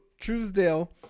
Truesdale